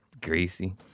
Greasy